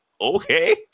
Okay